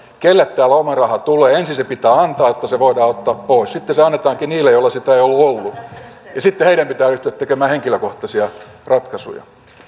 kelle tämä lomaraha tulee ensin se pitää antaa jotta se voidaan ottaa pois sitten se annetaankin niille joilla sitä ei ole ollut ja sitten heidän pitää ryhtyä tekemään henkilökohtaisia ratkaisuja